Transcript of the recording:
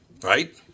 Right